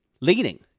Leading